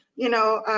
you know,